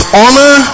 honor